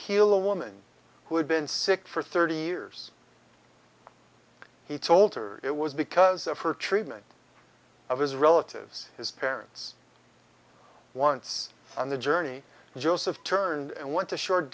heal a woman who had been sick for thirty years he told her it was because of her treatment of his relatives his parents once on the journey joseph turned and went to short